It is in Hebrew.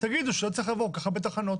תגידו שלא צריך לעבור כל כך הרבה תחנות.